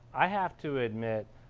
i have to admit,